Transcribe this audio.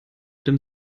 dem